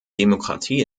demokratie